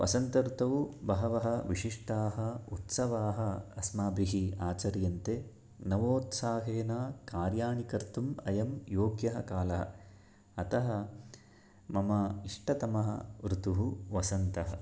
वसन्तऋतौ बहवः विशिष्टाः उत्सवाः अस्माभिः आचर्यन्ते नवोत्साहेन कार्याणि कर्तुम् अयं योग्यः कालः अतः मम इष्टतमः ऋतुः वसन्तः